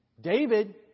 David